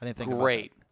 Great